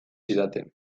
zidaten